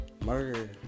murder